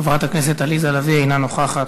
חברת הכנסת עליזה לביא, אינה נוכחת.